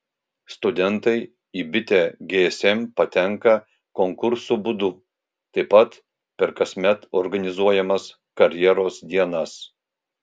studentai į bitę gsm patenka konkursų būdu taip pat per kasmet organizuojamas karjeros dienas